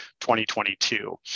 2022